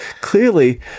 clearly